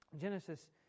Genesis